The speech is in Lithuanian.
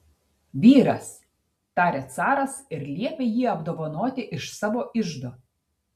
vyras tarė caras ir liepė jį apdovanoti iš savo iždo